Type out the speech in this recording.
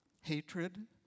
hatred